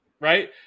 right